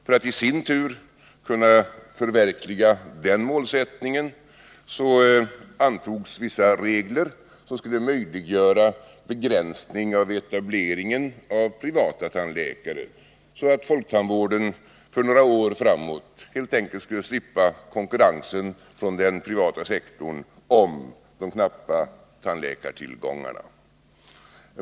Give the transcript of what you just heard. För att i sin tur kunna förverkliga den målsättningen antog man vissa regler som skulle möjliggöra begränsning av etableringen av privata tandläkare, så att folktandvården för några år framåt helt enkelt skulle slippa konkurrens från den privata sektorn om den knappa tandläkartillgången.